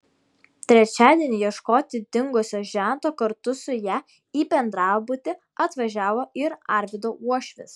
trečiadienį ieškoti dingusio žento kartu su ja į bendrabutį atvažiavo ir arvydo uošvis